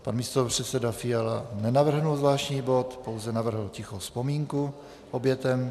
Pan místopředseda Fiala nenavrhl zvláštní bod, pouze navrhl tichou vzpomínku obětem.